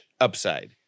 upside